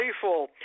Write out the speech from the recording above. playful